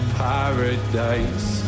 paradise